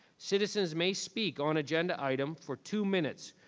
citizens may speak on agenda item for two minutes.